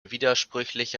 widersprüchliche